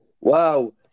wow